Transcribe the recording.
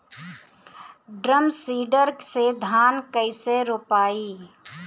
Drum seeder से धान कैसे रोपाई?